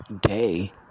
day